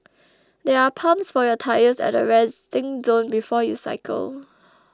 there are pumps for your tyres at the resting zone before you cycle